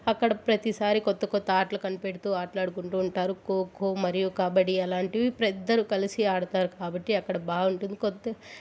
అక్కడ ప్రతిసారి కొత్తకొత్త ఆటలు కనిపెడుతు ఆడుకుంటు ఉంటారు ఖోఖో మరియు కబడ్డీ అలాంటివి పెద్దలు కలిసి ఆడతారు కాబట్టి అక్కడ బాగుంటుంది కొంత